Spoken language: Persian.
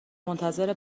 منتظر